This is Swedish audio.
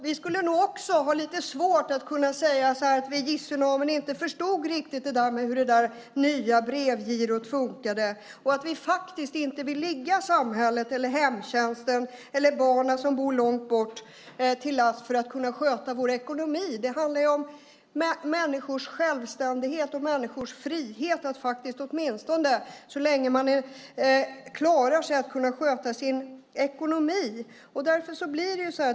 Vi skulle nog också ha svårt att säga att vi inte riktigt förstod hur det nya brevgirot fungerade och att vi inte vill ligga samhället, hemtjänsten eller barnen som bor långt bort till last för att kunna sköta vår ekonomi. Det handlar om människors självständighet och frihet att åtminstone så länge man klarar sig själv kunna sköta sin ekonomi.